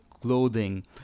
clothing